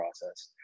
process